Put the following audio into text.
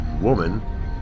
woman